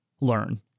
learn